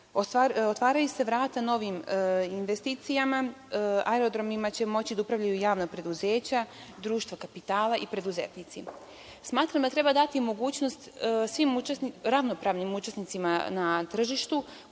otvaraju se vrata novim investicijama, aerodromima će moći da upravljaju javna preduzeća, društva kapitala i preduzetnicima. Smatram da treba dati mogućnost svim ravnopravnim učesnicima na tržištu